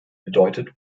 bedeutet